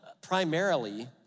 primarily